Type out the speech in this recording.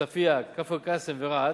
עוספיא, כפר-קאסם ורהט.